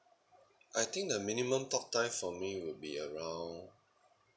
I think the minimum talk time for me will be around